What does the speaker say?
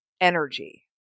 energy